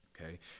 Okay